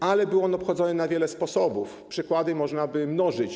Ale był on obchodzony na wiele sposobów, przykłady można by mnożyć.